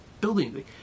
building